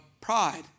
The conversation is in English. pride